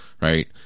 right